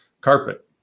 carpet